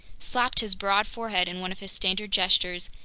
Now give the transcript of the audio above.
slapped his broad forehead in one of his standard gestures,